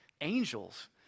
Angels